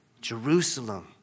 Jerusalem